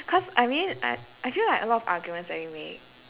cause I mean I I feel like a lot of arguments that we make